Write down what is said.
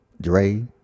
Dre